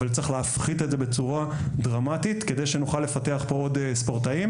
אבל צריך להפחית את זה בצורה דרמטית כדי שנוכל לפתח פה עוד ספורטאים.